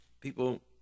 people